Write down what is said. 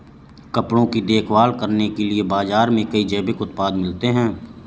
कपड़ों की देखभाल करने के लिए भी बाज़ार में कई जैविक उत्पाद मिलते हैं